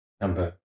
number